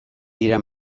dira